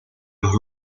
los